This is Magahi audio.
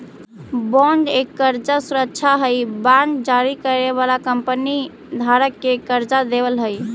बॉन्ड एक कर्जा सुरक्षा हई बांड जारी करे वाला कंपनी धारक के कर्जा देवऽ हई